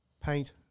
paint